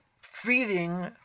feeding